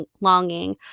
longing